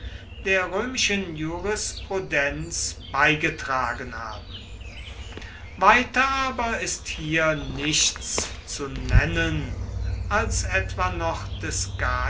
der römischen jurisprudenz beigetragen haben weiter aber ist hier nichts zu nennen als etwa noch des